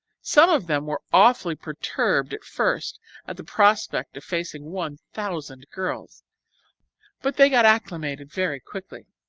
some of them were awfully perturbed at first at the prospect of facing one thousand girls but they got acclimated very quickly.